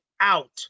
out